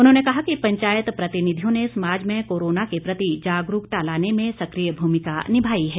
उन्होंने कहा कि पंचायत प्रतिनिधियों ने समाज में कोरोना के प्रति जागरूकता लाने में सक्रिय भूमिका निभाई है